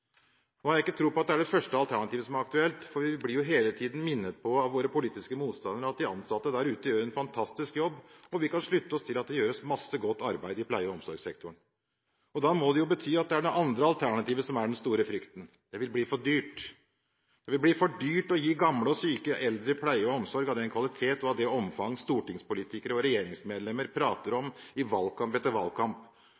har ikke jeg tro på at det er det første alternativet som er aktuelt, for vi blir jo hele tiden minnet på av våre politiske motstandere at de ansatte der ute gjør en fantastisk jobb, og vi kan slutte oss til at det gjøres masse godt arbeid i pleie- og omsorgssektoren. Da må det jo bety at det er det andre alternativet som er den store frykten: Det blir for dyrt. Det vil bli for dyrt å gi gamle og syke eldre pleie og omsorg av den kvalitet og av det omfang stortingspolitikere og regjeringsmedlemmer prater